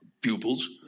pupils